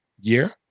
year